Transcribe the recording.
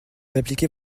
appliquez